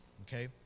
okay